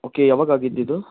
okay ಯಾವಾಗ ಆಗಿದ್ದ ಇದು